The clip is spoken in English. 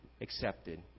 accepted